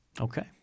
Okay